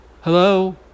Hello